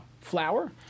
flour